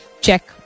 check